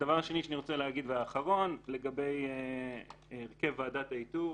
דבר שני ואחרון, לגבי הרכב ועדת האיתור,